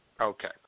Okay